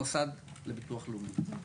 המוסד לביטוח לאומי.